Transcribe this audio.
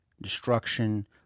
destruction